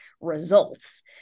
results